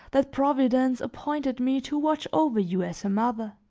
that providence appointed me to watch over you as a mother.